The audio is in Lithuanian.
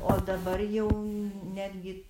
o dabar jau netgi